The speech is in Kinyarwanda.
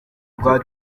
rwa